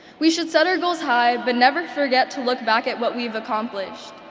we should set our goals high, but never forget to look back at what we've accomplished.